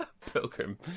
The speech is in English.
pilgrim